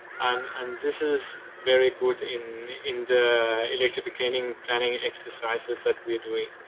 and and this is very good in in the electrification planning exercises that we're doing.